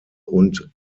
und